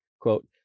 quote